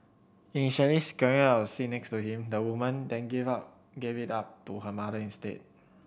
initially securing a seat next to him the woman then gave up gave it up to her mother instead